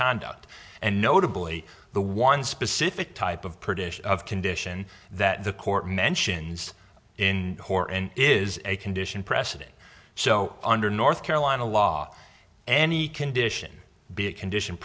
conduct and notably the one specific type of pritish of condition that the court mentions in horror and is a condition precedent so under north carolina law any condition be a condition